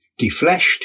defleshed